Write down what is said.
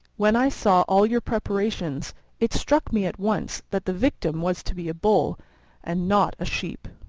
when i saw all your preparations it struck me at once that the victim was to be a bull and not a sheep.